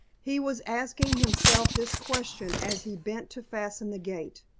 he was asking himself this question as he bent to fasten the gate.